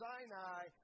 Sinai